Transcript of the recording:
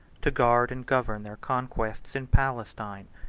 to guard and govern their conquests in palestine.